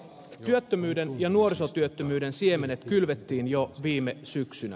työttömyyden ja nuorisotyöttömyyden siemenet kylvettiin jo viime syksynä